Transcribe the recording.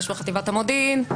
יש בחטיבת המודיעין,